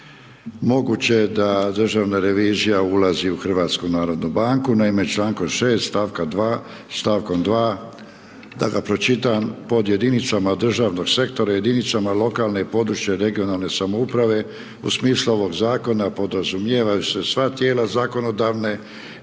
moguće da državna revizija ulazi u HNB. Naime, čl. 6. st. 2., da ga pročitam, pod jedinica državnog sektora, jedinicama lokalne i područne regionalne samouprave, u smislu ovog zakona, podrazumijevaju se sva tijela zakonodavne,